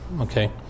okay